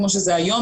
כמו שזה היום.